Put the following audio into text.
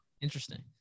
Interesting